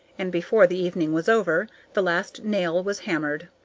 and before the evening was over, the last nail was hammered.